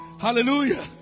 Hallelujah